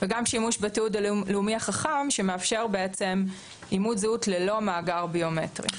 וגם שימוש בתיעוד הלאומי החכם שמאפשר אימות זהות ללא מאגר ביומטרי.